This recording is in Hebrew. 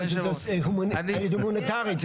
זה הומני0טרית,